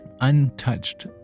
untouched